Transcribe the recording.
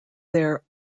their